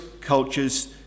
cultures